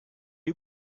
you